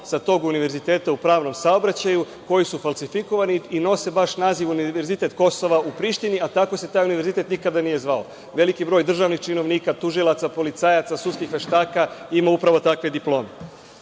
sa tog univerziteta u pravnom saobraćaju, koji su falsifikovani i nose baš naziv – univerzitet Kosova u Prištini, a tako se taj univerzitet nikada nije zvao. Veliki broj državnih činovnika, tužilaca, policajaca, sudskih veštaka ima upravo takve diplome.